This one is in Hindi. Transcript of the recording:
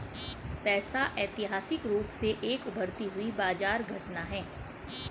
पैसा ऐतिहासिक रूप से एक उभरती हुई बाजार घटना है